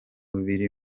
biri